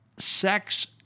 sex